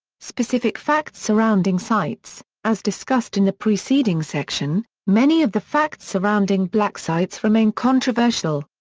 specific facts surrounding sites as discussed in the preceding section, many of the facts surrounding black sites remain controversial.